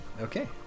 Okay